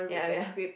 ya ya